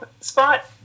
spot